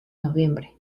noviembre